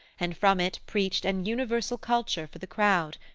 and from it preached an universal culture for the crowd,